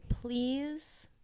please